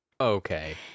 Okay